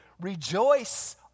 Rejoice